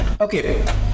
okay